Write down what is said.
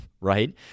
right